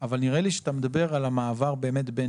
אבל נראה לי שאתה מדבר על המעבר בין